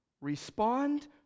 Respond